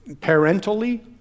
parentally